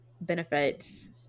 benefits